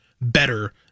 better